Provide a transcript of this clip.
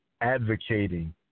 advocating